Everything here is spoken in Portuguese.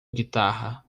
guitarra